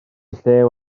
llew